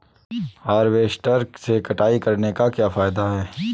Harvester से कटाई करने से क्या फायदा है?